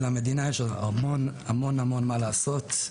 למדינה יש עוד המון מה לעשות.